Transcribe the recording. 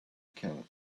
account